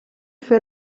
fer